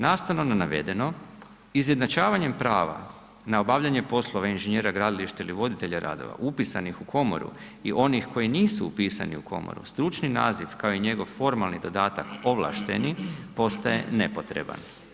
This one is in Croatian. Nastavno na navedeno, izjednačavanjem prava na obavljanje poslova inženjera gradilišta ili voditelja radova upisanih u komoru i onih koji nisu upisani u komoru, stručni naziv kao i njegov formalni dodatak ovlašteni postaje nepotreban.